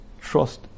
trust